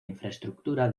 infraestructura